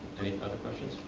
other questions?